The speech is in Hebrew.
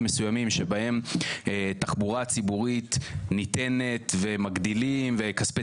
מסוימים שבהם תחבורה ציבורית ניתנת ומגדילים וכספי